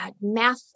math